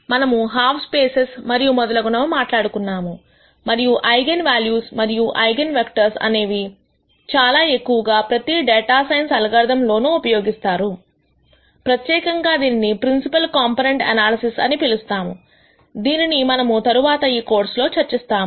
మనము half spaces మరియు మొదలగునవి మాట్లాడుకున్నాము మరియు ఐగన్ వాల్యూస్ మరియు ఐగన్ వెక్టర్స్ అనేవి చాలా ఎక్కువ గా ప్రతి డేటా సైన్స్ అల్గోరిథమ్స్ లోఉపయోగిస్తారు ప్రత్యేకంగా దీనిని ప్రిన్సిపుల్ కంపోనెంట్ ఎనాలిసిస్ అని పిలుస్తాము దీనిని మనము తరువాత ఈ కోర్సు లో చర్చిస్తా ము